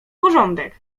porządek